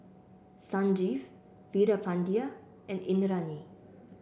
Sanjeev Veerapandiya and Indranee